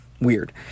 weird